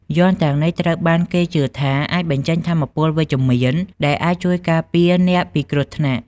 យ័ន្តទាំងនេះត្រូវបានគេជឿថាអាចបញ្ចេញថាមពលវិជ្ជមានដែលអាចជួយការពារអ្នកពីគ្រោះថ្នាក់។